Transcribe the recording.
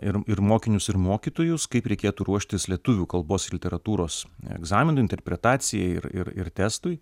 ir ir mokinius ir mokytojus kaip reikėtų ruoštis lietuvių kalbos ir literatūros egzaminui interpretacijai ir ir ir testui